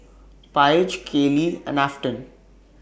Paige Kayli and Afton